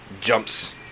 jumps